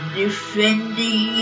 defending